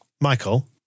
Michael